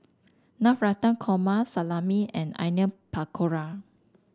Navratan Korma Salami and Onion Pakora